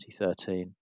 2013